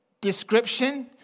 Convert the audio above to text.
description